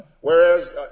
Whereas